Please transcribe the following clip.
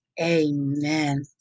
Amen